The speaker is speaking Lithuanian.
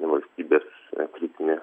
valstybės kritinę